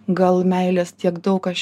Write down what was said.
gal meilės tiek daug aš